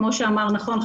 כמו שאמר נכון,